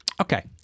Okay